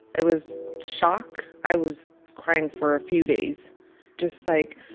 it was shock. i was crying for a few days just like,